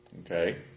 Okay